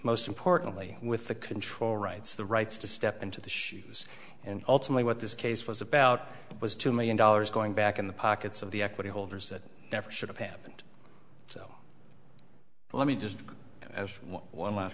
most importantly with the control rights the rights to step into the shoes and ultimately what this case was about was two million dollars going back in the pockets of the equity holders that never should have happened so let me just as one last